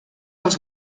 als